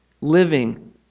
living